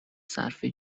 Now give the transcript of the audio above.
صرفه